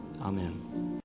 Amen